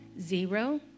Zero